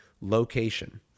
location